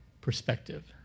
perspective